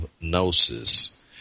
gnosis